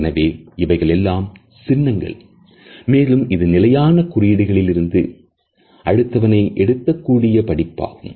எனவே இவைகளெல்லாம் சின்னங்கள் மேலும் இது நிலையான குறியீடுகளில் இருந்து அடுத்தவனை எடுக்கக்கூடிய படிப்பாகும்